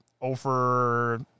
over